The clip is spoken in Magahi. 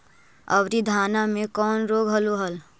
अबरि धाना मे कौन रोग हलो हल?